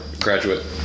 graduate